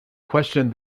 questioned